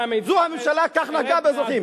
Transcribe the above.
זו הממשלה, כך נהגה באזרחים.